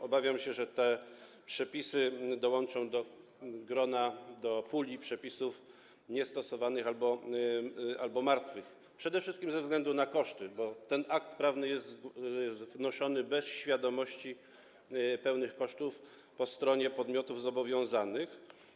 Obawiam się, że te przepisy dołączą do grona, do puli przepisów niestosowanych albo martwych przede wszystkim ze względu na koszty, bo ten akt prawny jest wnoszony bez świadomości pełnych kosztów po stronie podmiotów zobowiązanych.